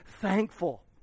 thankful